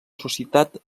societat